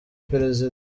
perezida